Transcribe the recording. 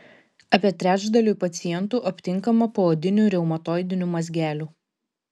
apie trečdaliui pacientų aptinkama poodinių reumatoidinių mazgelių